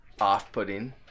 off-putting